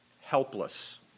helpless